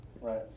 Right